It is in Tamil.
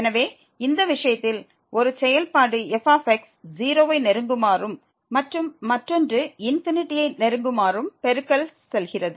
எனவே இந்த விஷயத்தில் ஒரு செயல்பாடு f 0 வை நெருங்குமாறும் மற்றும் மற்றொன்று ∞ யை நெருங்குமாறும் ஒரு பெருக்கல் கிடைக்கிறது